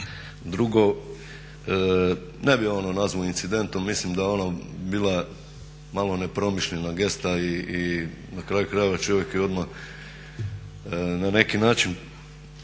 Drugo, ne bih ono nazvao incidentom, mislim da je ono bila malo nepromišljena gesta i na kraju krajeva čovjek je odmah na neki način